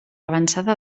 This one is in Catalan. avançada